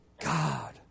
God